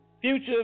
Future